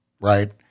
right